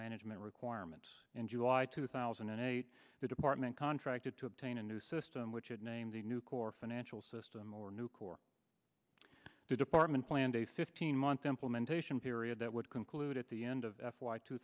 management requirements in july two thousand and eight the department contracted to obtain a new system which had named a new core financial system or new core the department planned a fifteen month implementation period that would conclude at the end of f y two